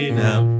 now